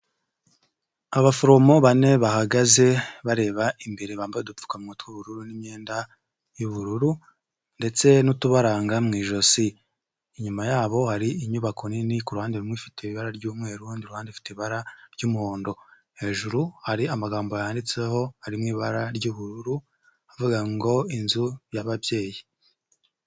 Abaforomo bane bahagaze bareba imbere, bambaye udupfukamunwa tw'ubururu n'imyenda y'ubururu. Ndetse n'utubaranga mu ijosi, inyuma yabo hari inyubako nini. Kuruhande rumwe ifite ibara ry'umweru urundi ruhande rufite ibara ry'umuhondo, hejuru hari amagambo yanditseho harimo ibara ry'ubururu avuga ngo inzu y'ababyeyi.